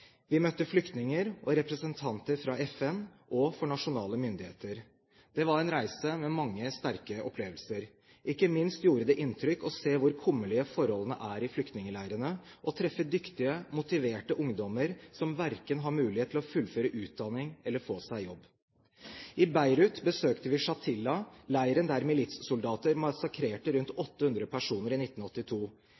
Vi møtte flyktninger og representanter fra FN og for nasjonale myndigheter. Det var en reise med mange sterke opplevelser. Ikke minst gjorde det inntrykk å se hvor kummerlige forholdene er i flyktningleirene, og å treffe dyktige, motiverte ungdommer som ikke har mulighet til verken å fullføre utdanning eller få seg jobb. I Beirut besøkte vi Shatila, leiren der militssoldater massakrerte rundt